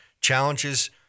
challenges